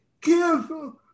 careful